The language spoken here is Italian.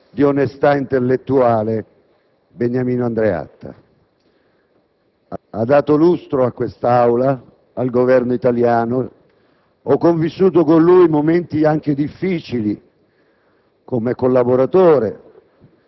di scienza, di cultura, di onestà intellettuale Beniamino Andreatta. Egli ha dato lustro a quest'Aula, al Governo italiano. Ho convissuto con lui momenti anche difficili